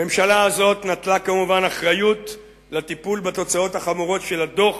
הממשלה הזאת נטלה כמובן אחריות לטיפול בתוצאות החמורות של הדוח.